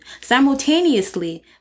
Simultaneously